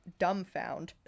dumbfound